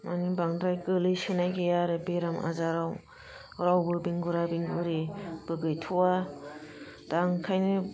मानि बांद्राय गोग्लैसोनाय गैया आरो बेराम आजारआव रावबो बेंगुरा बेंगुरिबो गैथ'आ दा ओंखायनो